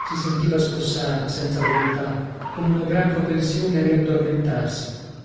si sentiva spossata senza volontà con una gran propensione a riaddormentarsi